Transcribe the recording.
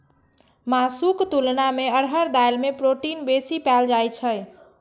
मासुक तुलना मे अरहर दालि मे प्रोटीन बेसी पाएल जाइ छै